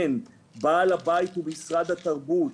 כן, בעל הבית הוא משרד התרבות,